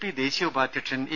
P ദേശീയ ഉപാധ്യക്ഷൻ A